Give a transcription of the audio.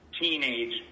teenage